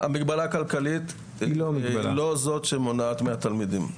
המגבלה הכלכלית לא זאת שמונעת מהתלמידים.